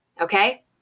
Okay